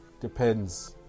depends